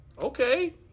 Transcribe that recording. Okay